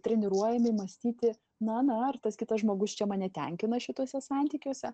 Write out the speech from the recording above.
treniruojami mąstyti na na ar tas kitas žmogus čia mane tenkina šituose santykiuose